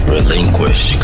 Relinquish